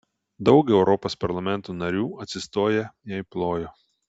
daug europos parlamento narių atsistoję jai plojo